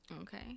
Okay